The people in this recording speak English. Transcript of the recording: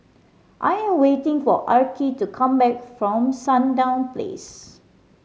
I am waiting for Arkie to come back from Sandown Place